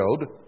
showed